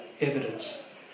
evidence